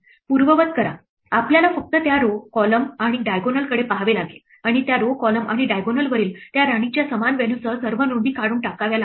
पूर्ववत करा आपल्याला फक्त त्या row column आणि diagonal कडे पहावे लागेल आणि त्या row column आणि diagonal वरील त्या राणीच्या समान व्हॅल्यूसह सर्व नोंदी काढून टाकाव्या लागतील